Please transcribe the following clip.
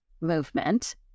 movement